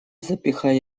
запихай